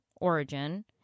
origin—